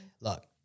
look